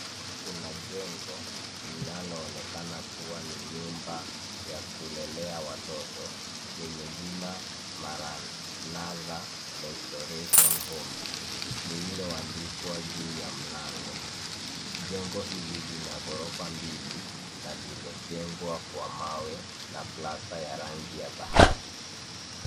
Kuna jengo linaloonekana kuwa ni nyumba ya kulelea watoto, yenye jina maranadha lestoration homes lililoandikwa juu ya mlango. Jengo hili lina ghorofa mbili na limejengwa kwa mawe na plasta ya rangi ya dhahabu.